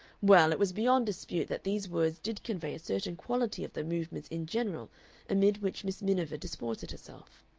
well, it was beyond dispute that these words did convey a certain quality of the movements in general amid which miss miniver disported herself.